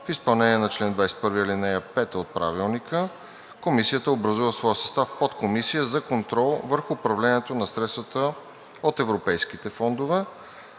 в изпълнение на чл. 21, ал. 5 от Правилника, Комисията образува в своя състав Подкомисия за контрол върху управлението на средствата от европейските фондове,